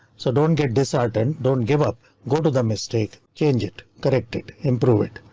so don't get disheartened. don't give up. go to the mistake. change it corrected, improve it.